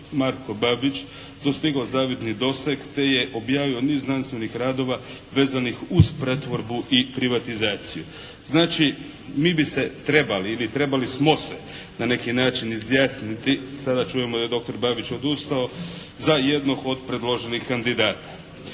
Marko Babić dostigao zavidni doseg te je objavio niz znanstvenih radova vezanih uz pretvorbu i privatizaciju. Znači mi bi se trebali ili trebali smo se na neki način izjasniti, sada čujemo da je dr. Babić odustao za jednog od predloženih kandidata.